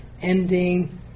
ending